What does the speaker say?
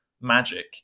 magic